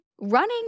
Running